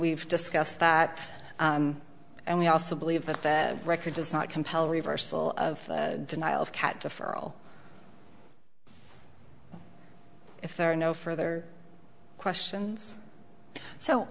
we've discussed that and we also believe that that record does not compel reversal of denial of cat to furl if there are no further questions so